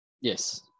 Yes